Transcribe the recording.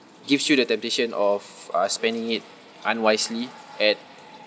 gives you the temptation of uh spending it unwisely at